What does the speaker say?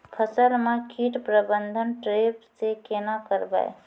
फसल म कीट प्रबंधन ट्रेप से केना करबै?